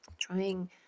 trying